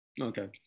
Okay